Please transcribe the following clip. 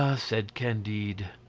ah said candide,